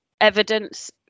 evidence